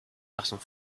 versions